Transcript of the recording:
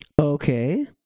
Okay